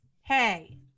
Hey